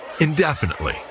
indefinitely